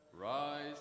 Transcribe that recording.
Rise